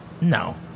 No